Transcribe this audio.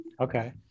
Okay